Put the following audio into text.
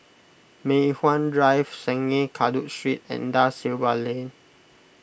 Mei Hwan Drive Sungei Kadut Street and Da Silva Lane